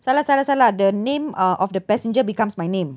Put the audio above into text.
salah salah salah the name uh of the passenger becomes my name